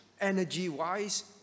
energy-wise